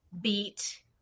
beat